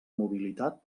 mobilitat